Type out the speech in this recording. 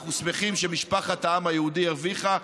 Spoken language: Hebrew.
אנחנו שמחים שמשפחת העם היהודי הרוויחה.